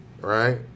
right